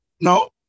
no